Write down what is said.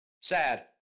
Sad